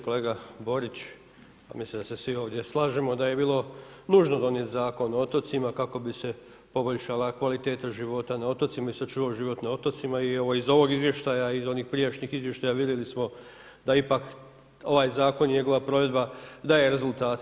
Kolega Borić, mislim da se svi ovdje slažemo da je bilo nužno donijet Zakon o otocima kako bi se poboljšala kvaliteta života na otocima i sačuvao život na otocima i evo iz ovog izvještaja i iz onih prijašnjih izvještaja vidjeli smo da je ipak ovaj zakon, njegova provedba daje rezultate.